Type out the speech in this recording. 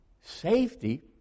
Safety